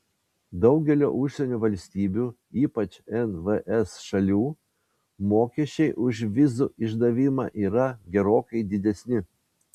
daugelio užsienio valstybių ypač nvs šalių mokesčiai už vizų išdavimą yra gerokai didesni